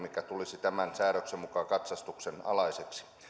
mikä tulisi tämän säädöksen mukaan katsastuksen alaiseksi